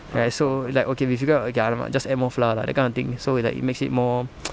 fair so like okay so we figured out okay !alamak! just add more flour lah that kind of thing so it's like it makes it more